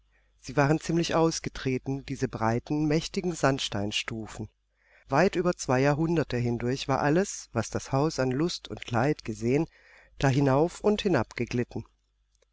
sie waren ziemlich ausgetreten diese breiten mächtigen sandsteinstufen weit über zwei jahrhunderte hindurch war alles was das haus an lust und leid gesehen da hinauf und hinab